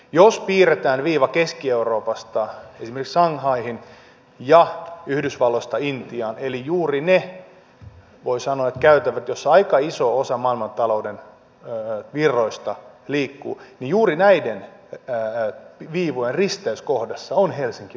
jos piirretään viiva keski euroopasta esimerkiksi shanghaihin ja yhdysvalloista intiaan eli juuri ne voi sanoa käytävät joissa aika iso osa maailmantalouden virroista liikkuu niin juuri näiden viivojen risteyskohdassa on helsinki vantaan kenttä